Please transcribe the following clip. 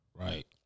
Right